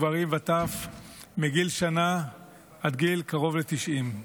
גברים וטף מגיל שנה עד גיל קרוב ל-90.